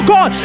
God